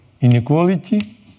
inequality